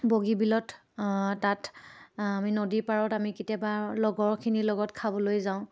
বগীবিলত তাত আমি নদীৰ পাৰত আমি কেতিয়াবা লগৰখিনিৰ লগত খাবলৈ যাওঁ